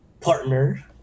partner